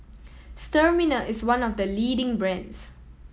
Sterimar is one of the leading brands